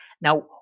Now